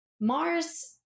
Mars